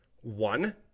One